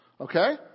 Okay